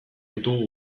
ditugu